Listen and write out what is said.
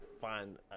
find